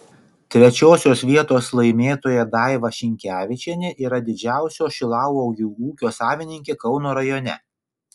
trečiosios vietos laimėtoja daiva šinkevičienė yra didžiausio šilauogių ūkio savininkė kauno rajone